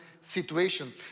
situation